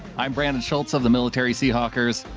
i'm brandan schulze of the military sea hawkers.